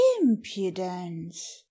Impudence